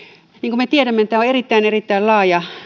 niin kuin me tiedämme tämä on erittäin erittäin laaja